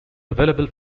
available